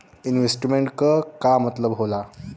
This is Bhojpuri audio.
इन्वेस्टमेंट क का मतलब हो ला?